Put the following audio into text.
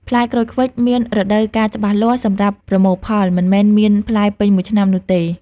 ផ្លែក្រូចឃ្វិចមានរដូវកាលច្បាស់លាស់សម្រាប់ប្រមូលផល មិនមែនមានផ្លែពេញមួយឆ្នាំនោះទេ។